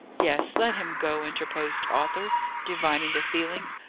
yes, let him go, interposed arthur, divining the feeling.